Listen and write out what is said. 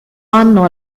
anno